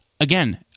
again